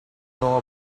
know